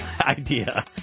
idea